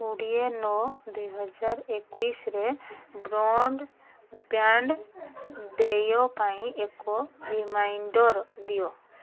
କୋଡ଼ିଏ ନଅ ଦୁଇ ହଜାର ଏକୋଇଶରେ ବ୍ରଡ଼୍ବ୍ୟାଣ୍ଡ୍ ଦେୟ ପାଇଁ ଏକ ରିମାଇଣ୍ଡର୍ ଦିଅ